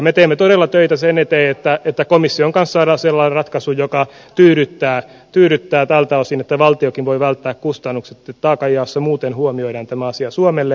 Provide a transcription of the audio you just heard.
me teemme todella töitä sen eteen että komission kanssa saadaan sellainen ratkaisu joka tyydyttää tältä osin että valtiokin voi välttää kustannukset että taakanjaossa muuten huomioidaan tämä asia suomelle